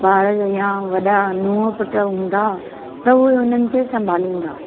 ॿार या वॾा नूहुं पुटु हूंदा त उहे हुननि खे संभालींदा